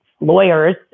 lawyers